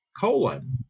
colon